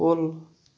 کُل